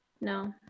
No